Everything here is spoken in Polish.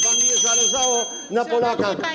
Wam nie zależało na Polakach.